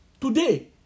today